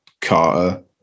Carter